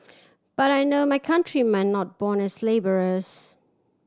but I know my countrymen not born as labourers